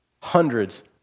hundreds